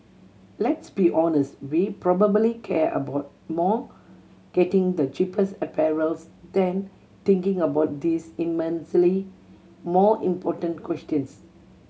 let's be honest we probably care about more getting the cheapest apparels than thinking about these immensely more important questions